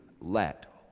let